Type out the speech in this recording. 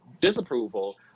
disapproval